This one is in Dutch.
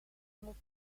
moet